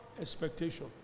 expectation